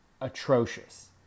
atrocious